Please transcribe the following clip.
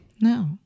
No